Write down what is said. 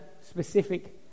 specific